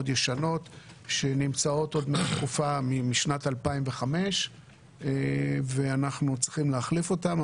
ישנות עוד משנת 2005 ואנחנו צריכים להחליף אותן.